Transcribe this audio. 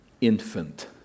infant